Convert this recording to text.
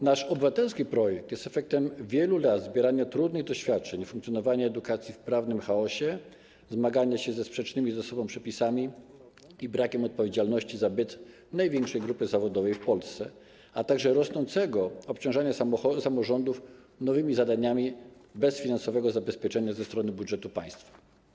Nasz obywatelski projekt jest efektem wielu lat zbierania trudnych doświadczeń i funkcjonowania edukacji w prawnym chaosie, zmagania się ze sprzecznymi ze sobą przepisami i brakiem odpowiedzialności za byt największej grupy zawodowej w Polsce, a także rosnącego obciążania samorządów nowymi zadaniami bez finansowego zabezpieczenia ze strony budżetu państwa.